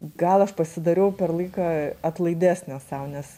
gal aš pasidariau per laiką atlaidesnė sau nes